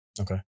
Okay